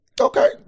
Okay